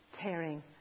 tearing